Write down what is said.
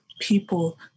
people